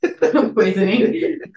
poisoning